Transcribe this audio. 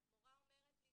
מורה אומרת לי,